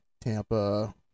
Tampa